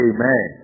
Amen